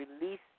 release